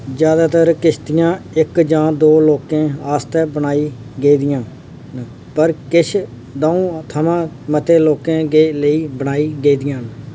जादातर किश्तियां इक जां दो लोकें आस्तै बनाई गेदियां न पर किश द'ऊं थमां मते लोकें लेई बनाई गेदियां न